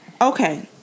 okay